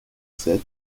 sept